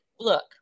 Look